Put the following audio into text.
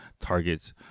targets